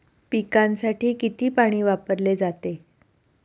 पिकांसाठी किती पाणी वापरले जाते?